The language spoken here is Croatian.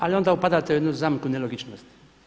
Ali onda upadate u jednu zamku nelogičnosti.